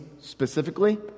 specifically